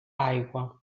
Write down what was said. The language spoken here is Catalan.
aigua